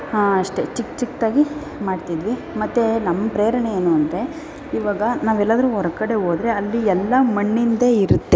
ಹಾಂ ಅಷ್ಟೇ ಚಿಕ್ಕ ಚಿಕ್ಕದಾಗಿ ಮಾಡ್ತಿದ್ವಿ ಮತ್ತು ನಮ್ಮ ಪ್ರೇರಣೆ ಏನು ಅಂದರೆ ಇವಾಗ ನಾವು ಎಲ್ಲಾದ್ರೂ ಹೊರಗಡೆ ಹೋದರೆ ಅಲ್ಲಿ ಎಲ್ಲ ಮಣ್ಣಿನದೇ ಇರುತ್ತೆ